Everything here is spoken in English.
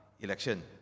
election